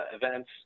events